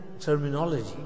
terminology